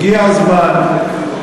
הגיע הזמן,